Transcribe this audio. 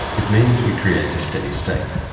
it means we create a steady state,